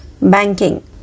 Banking